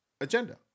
agenda